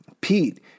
Pete